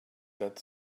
that